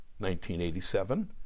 1987